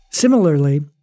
Similarly